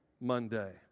Monday